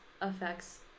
affects